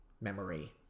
memory